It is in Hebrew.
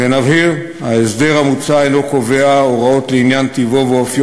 ונבהיר: ההסדר המוצע אינו קובע הוראות לעניין טיבו ואופיו